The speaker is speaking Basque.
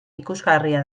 ikusgarria